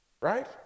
right